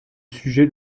sujet